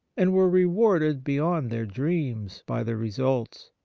and were rewarded beyond their dreams by the results.